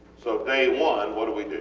so day one what do we do?